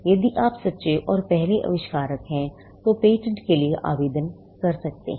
यदि आप सच्चे और पहले आविष्कारक हैतो पेटेंट के लिए आवेदन कर सकते हैं